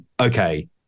okay